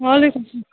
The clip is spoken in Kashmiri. وعلیکُم سلام